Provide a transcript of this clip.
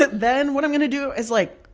but then what i'm going to do is, like,